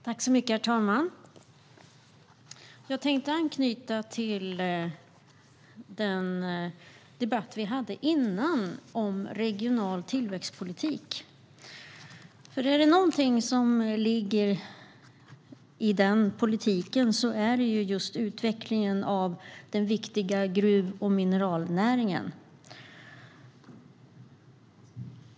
Herr talman! Jag tänkte anknyta till den debatt vi hade tidigare om regional tillväxtpolitik. Om det är något som ligger i den politiken är det just utvecklingen av den viktiga gruv och mineralnäringen.